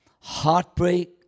heartbreak